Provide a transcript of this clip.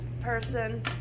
person